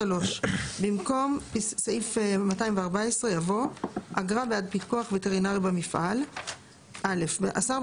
(3) במקום סעיף 214 יבוא: "אגרה בעד פיקוח וטרינרי במפעל 214. (א) השר,